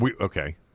Okay